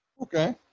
okay